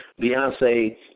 Beyonce